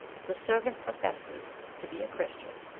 if the servant professes to be a christian,